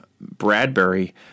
Bradbury